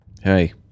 Hey